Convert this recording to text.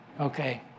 Okay